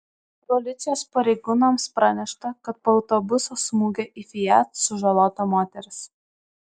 policijos pareigūnams pranešta kad po autobuso smūgio į fiat sužalota moteris